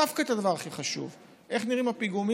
אך דווקא הדבר הכי חשוב איך נראים הפיגומים,